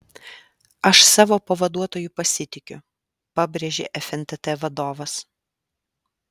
aš savo pavaduotoju pasitikiu pabrėžė fntt vadovas